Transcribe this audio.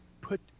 put